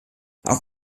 auf